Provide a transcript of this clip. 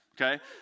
Okay